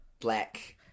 black